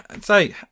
say